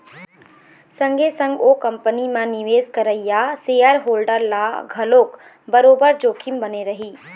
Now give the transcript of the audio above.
संगे संग ओ कंपनी म निवेश करइया सेयर होल्डर ल घलोक बरोबर जोखिम बने रही